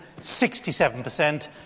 67%